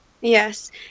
Yes